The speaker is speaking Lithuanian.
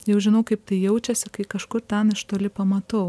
jau žinau kaip tai jaučiasi kai kažkur ten iš toli pamatau